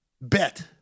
bet –